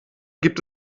gibt